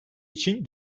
için